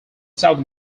south